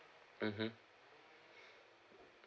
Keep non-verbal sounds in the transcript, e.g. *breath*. mmhmm *breath*